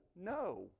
no